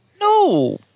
No